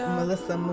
Melissa